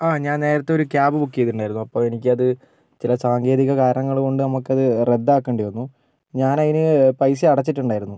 ആ ഞാൻ നേരത്തെ ഒരു ക്യാബ് ബുക്ക് ചെയ്തിട്ടുണ്ടായിരുന്നു അപ്പം എനിക്കത് ചില സാങ്കേതിക കാരണങ്ങൾ കൊണ്ട് നമുക്കത് റദ്ദാക്കേണ്ടി വന്നു ഞാൻ അതിന് പൈസ അടച്ചിട്ടുണ്ടായിരുന്നു